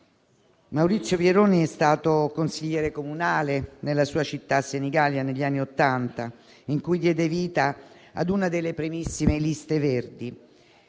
Maurizio Pieroni è stato consigliere comunale nella sua città, Senigallia, negli anni Ottanta in cui diede vita ad una delle primissime liste Verdi.